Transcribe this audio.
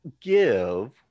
give